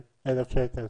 70 אלף שקל.